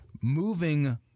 moving